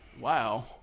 Wow